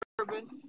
urban